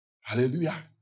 Hallelujah